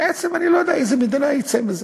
בעצם אני לא יודע איזה מדינה תצא מזה.